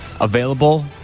available